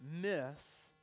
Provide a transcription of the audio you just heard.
Miss